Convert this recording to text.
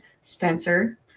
Spencer